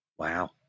Wow